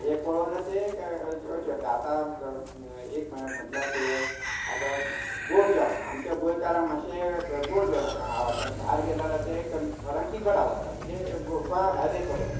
हें पळोवन ते जेवचें पडटा आतां एक म्हळ् म्हटल्यार कितें आता गोड जेवणां आमच्या गोंयकारांक मातशें गोड आव् आवाडटा भायर गेला आल्यार तें थोड्यां तिखट आवडटा म्हणजे गो् गोंया भायलीं एक खबर सांगता